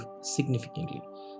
significantly